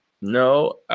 No